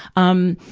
um,